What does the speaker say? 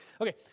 Okay